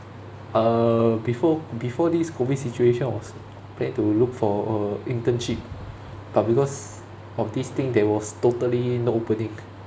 uh before before this COVID situation I was planning to look for a internship but because of this thing there was totally nobody